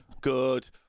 Good